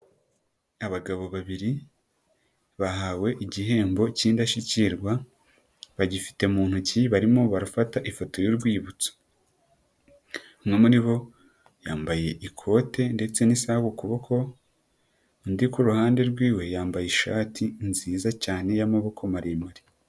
Abagabo babiri, bahawe igihembo cy'indashyikirwa, bagifite mu ntoki barimo barafata ifoto y'urwibutso. Umwe muri bo yambaye ikote ndetse n'isaha ku kuboko, undi kuhande rwiwe yambaye ishati nziza cyane y'amaboko maremare.